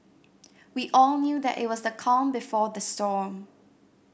we all knew that it was the calm before the storm